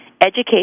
Education